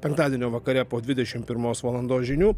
penktadienio vakare po dvidešimt pirmos valandos žinių